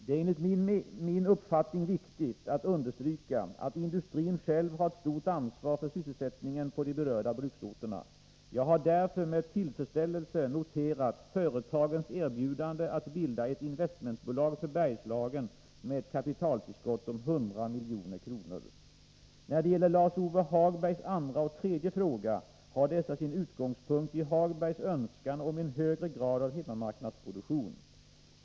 Det är enligt min uppfattning viktigt att understryka att industrin själv har ett stort ansvar för sysselsättningen på de berörda bruksorterna. Jag har därför med tillfredsställelse noterat företagens erbjudande att bilda ett investmentbolag för Bergslagen med ett kapitaltillskott om 100 milj.kr. När det gäller Lars-Ove Hagbergs andra och tredje fråga har dessa sin utgångspunkt i Hagbergs önskan om en högre grad av hemmamarknadsproduktion.